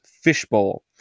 fishbowl